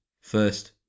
First